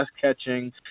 catching